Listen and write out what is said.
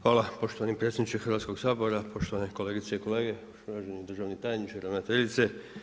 Hvala poštovani predsjedniče Hrvatskoga sabora, poštovane kolegice i kolege, uvaženi državni tajniče, ravnateljice.